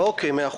מאה אחוז.